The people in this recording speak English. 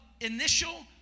initial